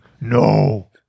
No